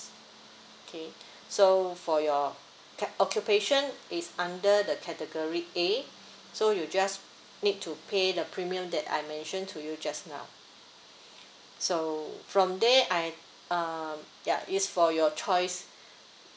okay so for your ca~ occupation is under the category A so you just need to pay the premium that I mentioned to you just now so from there I uh ya it's for your choice